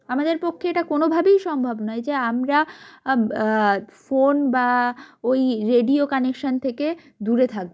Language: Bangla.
আমাদের পক্ষে এটা কোনভাবেই সম্ভব নয় যে আমরা ফোন বা ওই রেডিও কানেকশান থেকে দূরে থাকবো